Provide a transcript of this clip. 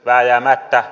vääjäämättä